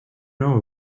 know